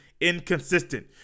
inconsistent